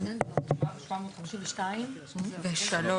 הנה פה, יש לי יש לי, בסדר.